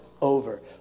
over